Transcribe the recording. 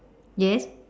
yes